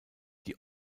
die